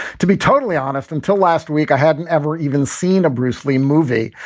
to be totally honest, until last week i hadn't ever even seen a bruce lee movie.